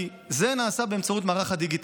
כי זה נעשה באמצעות מערך הדיגיטל.